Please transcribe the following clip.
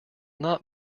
not